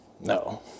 No